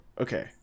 Okay